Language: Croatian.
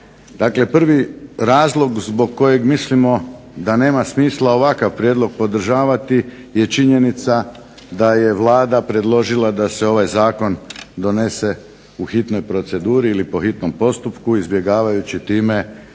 Dakle prvi razlog zbog kojeg mislimo da nema smisla ovakav prijedlog podržavati je činjenica da je Vlada predložila da se ovaj zakon donese u hitnoj proceduri ili po hitnom postupku izbjegavajući time